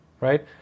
right